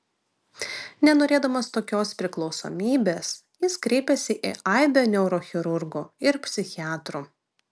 nenorėdamas tokios priklausomybės jis kreipėsi į aibę neurochirurgų ir psichiatrų